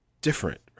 different